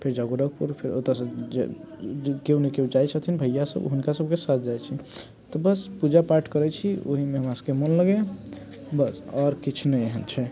फेर जाउ गोरखपुर फेर ओतऽसँ केओ ने केओ जाइत छथिन भैया सब हुनका सबके साथ जाइत छी तऽ बस पूजापाठ करैत छी ओहिमे हमरा सबके मन लगैया बस आओर किछु नहि एहन छै